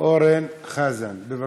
אורן חזן, השכן.